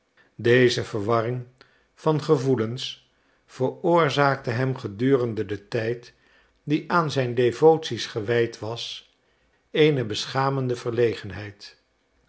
deze verwarring van gevoelens veroorzaakte hem gedurende den tijd die aan zijn devotie's gewijd was eene beschamende verlegenheid